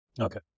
Okay